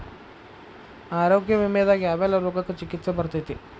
ಆರೋಗ್ಯ ವಿಮೆದಾಗ ಯಾವೆಲ್ಲ ರೋಗಕ್ಕ ಚಿಕಿತ್ಸಿ ಬರ್ತೈತ್ರಿ?